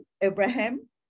abraham